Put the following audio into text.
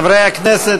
חברי הכנסת,